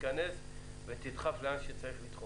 תתכנס ותדחוף לאן שצריך.